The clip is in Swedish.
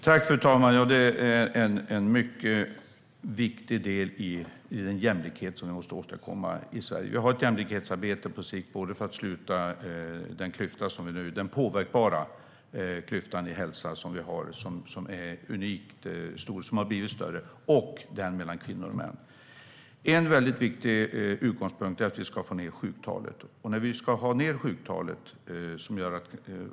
Fru talman! Det här är en mycket viktig del i den jämlikhet som vi måste åstadkomma i Sverige. Det finns ett jämlikhetsarbete på sikt för att både sluta den påverkbara klyftan i hälsa som är unikt stor och har blivit större samt klyftan mellan kvinnor och män. En viktig utgångspunkt är att sänka sjuktalet.